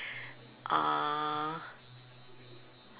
uh